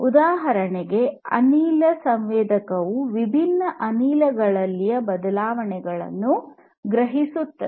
ಉದಾಹರಣೆಗೆ ಅನಿಲ ಸಂವೇದಕವು ವಿಭಿನ್ನ ಅನಿಲಗಳಲ್ಲಿ ಬದಲಾವಣೆಗಳನ್ನು ಗ್ರಹಿಸುತ್ತದೆ